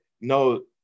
no